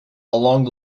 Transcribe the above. along